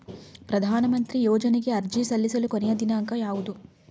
ಪ್ರಧಾನ ಮಂತ್ರಿ ಯೋಜನೆಗೆ ಅರ್ಜಿ ಸಲ್ಲಿಸಲು ಕೊನೆಯ ದಿನಾಂಕ ಯಾವದು?